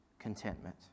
Contentment